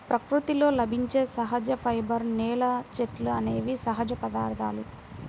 ప్రకృతిలో లభించే సహజ ఫైబర్స్, నేల, చెట్లు అనేవి సహజ పదార్థాలు